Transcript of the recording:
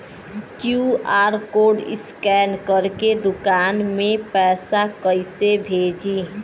QR code scan करके दुकान में पैसा कइसे भेजी?